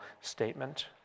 statement